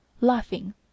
laughing